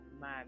man